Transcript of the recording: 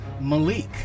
Malik